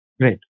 Great